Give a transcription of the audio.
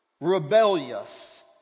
rebellious